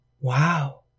Wow